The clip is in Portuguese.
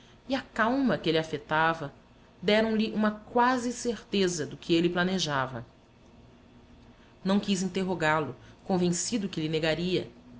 e a calma que ele afetava deram-lhe uma quase certeza do que ele planejava não quis interrogá-lo convencido que lhe negaria